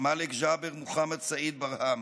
מאלכ ג'בר מוחמד סעיד ברהם,